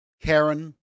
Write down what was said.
Karen